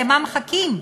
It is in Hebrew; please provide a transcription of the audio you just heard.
למה מחכים?